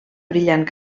brillant